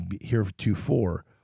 heretofore